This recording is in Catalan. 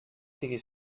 siga